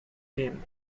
game